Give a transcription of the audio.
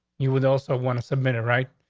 you would also want to submit it, right?